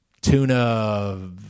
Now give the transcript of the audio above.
tuna